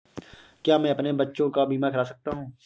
क्या मैं अपने बच्चों का बीमा करा सकता हूँ?